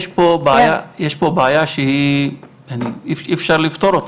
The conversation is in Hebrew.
יש פה בעיה שאי אפשר לפתור אותה.